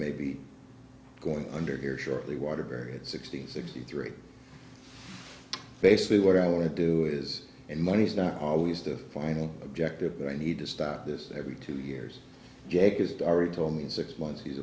may be going under here shortly waterbury at sixty sixty three basically what i want to do is and money's not always the final objective but i need to stop this every two years jack is already told me in six months he's